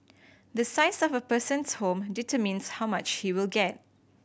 the size of a person's home determines how much he will get